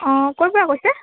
অঁ ক'ৰ পৰা কৈছে